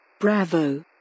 Bravo